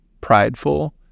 prideful